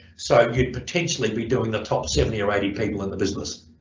so you'd potentially be doing the top seventy or eighty people in the business.